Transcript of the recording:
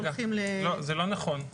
לא, זה לא נכון.